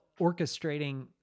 orchestrating